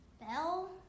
Bell